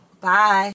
bye